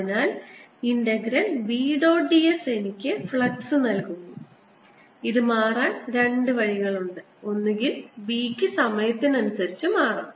അതിനാൽ integral B dot d s എനിക്ക് flux നൽകുന്നു ഇത് മാറാൻ രണ്ട് വഴികളുണ്ട് ഒന്നുകിൽ B ക്ക് സമയത്തിനനുസരിച്ച് മാറാം